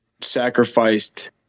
sacrificed